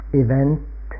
event